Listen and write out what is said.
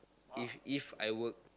if If I work